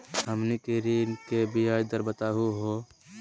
हमनी के ऋण के ब्याज दर बताहु हो?